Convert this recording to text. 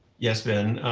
yes, ben.